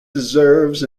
deserves